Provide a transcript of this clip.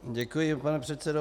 Děkuji, pane předsedo.